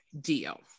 deal